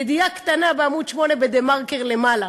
ידיעה קטנה בעמוד 8 ב"דה-מרקר" למעלה.